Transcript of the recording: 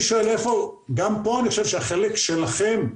גם פה, אני חושב שהחלק שלכם,